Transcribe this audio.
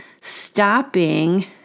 stopping